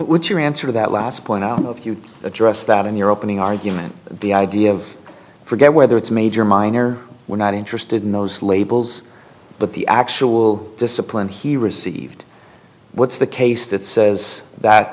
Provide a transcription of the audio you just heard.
would your answer to that last point if you address that in your opening argument the idea of forget whether it's major or minor we're not interested in those labels but the actual discipline he received what's the case that says that